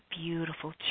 beautiful